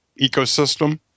ecosystem